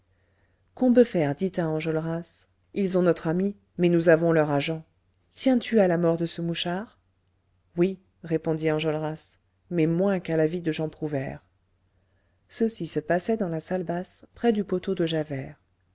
combeferre dit à enjolras ils ont notre ami mais nous avons leur agent tiens-tu à la mort de ce mouchard oui répondit enjolras mais moins qu'à la vie de jean prouvaire ceci se passait dans la salle basse près du poteau de javert